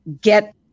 get